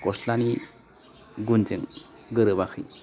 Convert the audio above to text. गस्लानि गुनजों गोरोबाखै